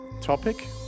topic